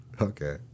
Okay